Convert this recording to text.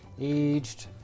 aged